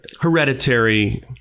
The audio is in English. hereditary